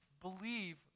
believe